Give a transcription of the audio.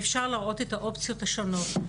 אפשר להראות את האופציות השונות,